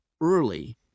early